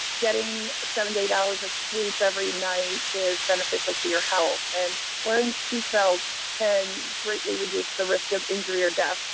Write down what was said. getting seven eight hours of sleep every night is beneficial to your health, and wearing seatbelts can greatly reduce the risk of injury or death.